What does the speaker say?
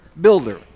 builder